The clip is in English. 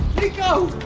nico!